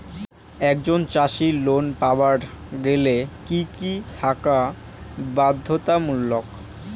একজন চাষীর লোন পাবার গেলে কি কি থাকা বাধ্যতামূলক?